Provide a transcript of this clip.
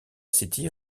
city